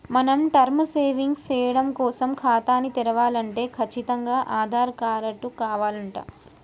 మనం term savings సేయడం కోసం ఖాతాని తెరవలంటే కచ్చితంగా ఆధార్ కారటు కావాలంట